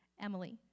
Emily